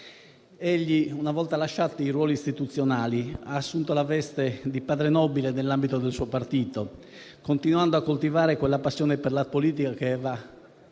anni. Una volta lasciati i ruoli istituzionali, egli ha assunto la veste di padre nobile nell'ambito del suo partito, continuando a coltivare quella passione per la politica che ha